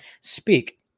speak